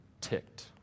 ticked